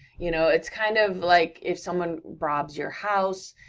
you know, it's kind of like if someone robs your house,